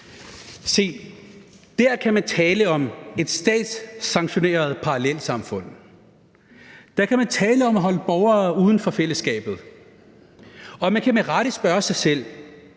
Se, der kan man tale om et statssanktioneret parallelsamfund. Der kan man tale om at holde borgere uden for fællesskabet. Og man kan med rette spørge sig selv: